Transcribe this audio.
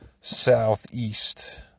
southeast